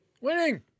Winning